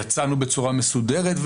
יצאנו בצורה מסודרת,